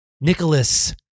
Nicholas